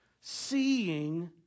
Seeing